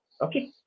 Okay